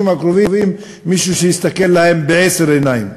הקרובים מישהו שיסתכל עליהם בעשר עיניים.